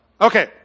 Okay